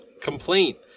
complaint